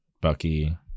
Bucky